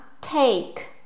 take